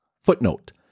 Footnote